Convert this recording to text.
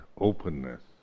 openness